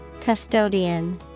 Custodian